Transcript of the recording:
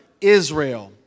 Israel